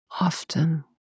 often